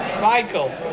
Michael